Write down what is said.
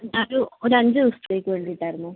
ആ ഒരു ഒരു അഞ്ച് ദിവസത്തേക്ക് വേണ്ടിയിട്ടായിരുന്നു